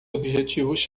objetivos